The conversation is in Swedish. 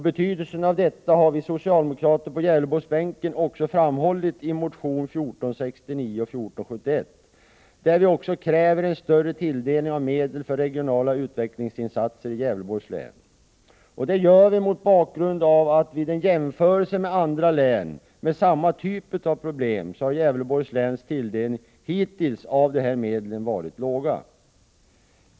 Betydelsen av detta har vi socialdemokrater på Gävleborgsbänken också framhållit i motionerna 1469 och 1471, där vi också kräver en större tilldelning av medel för regionala utvecklingsinsatser i Gävleborgs län. Det gör vi mot bakgrund av att Gävleborgs län vid en jämförelse med andra län med samma typ av problem hittills har tilldelats en liten andel av dessa medel.